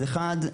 אחת,